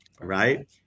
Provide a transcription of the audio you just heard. right